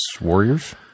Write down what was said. Warriors